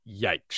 Yikes